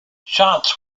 shots